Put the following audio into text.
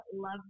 love